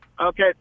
Okay